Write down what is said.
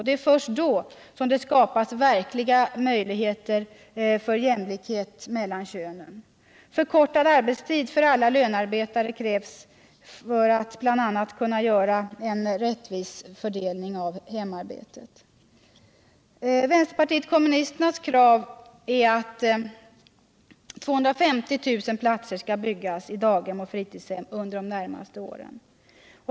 Det är först då som det skapas verkliga möjligheter för jämlikhet mellan könen. Förkortad arbetstid för alla lönearbetare krävs för att man bl.a. skall kunna göra en rättvis fördelning av hemarbetet. Vänsterpartiet kommunisternas krav är att 250 000 platser i daghem och fritidshem skall byggas under de närmaste åren.